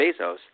Bezos